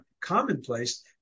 commonplace